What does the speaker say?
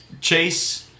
Chase